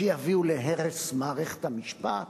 שיביאו להרס בתי-המשפט?